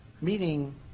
Meaning